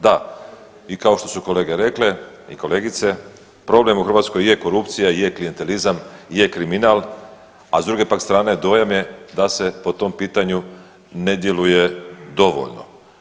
Da, i kao što su kolege rekla i kolegice, problem u Hrvatskoj je korupcija, je klijentelizam, je kriminal, a s druge pak strane dojam je da se po tom pitanju ne djeluje dovoljno.